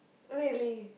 really